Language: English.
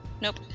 Nope